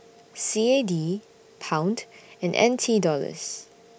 C A D Pound and N T Dollars